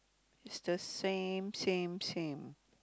is the same same same